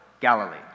Galilee